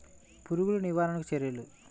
పురుగులు నివారణకు చర్యలు?